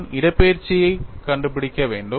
நான் இடப்பெயர்ச்சி கண்டுபிடிக்க வேண்டும்